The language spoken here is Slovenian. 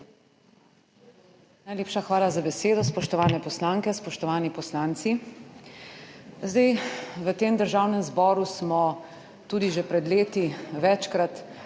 Najlepša hvala za besedo, spoštovane poslanke, spoštovani poslanci! V tem Državnem zboru smo tudi že pred leti večkrat